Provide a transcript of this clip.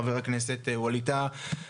חבר הכנסת ווליד טאהא,